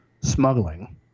smuggling